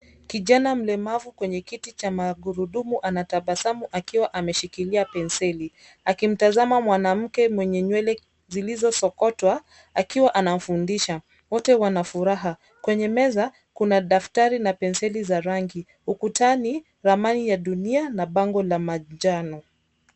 Kijana mlemavu kwenye kiti cha magurudumu anatabasamu akiwa ameshikilia penseli akimtamzama mwanamke mwenye nywele zilizosokotwa akiwa anamfundisha. Wote wana furaha. Kwenye meza, kuna daftari na penseli za rangi. Ukutani, ramani ya dunia na bango la manjano.